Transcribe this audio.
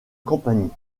compagnie